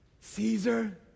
Caesar